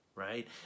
right